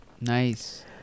Nice